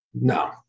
No